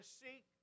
seek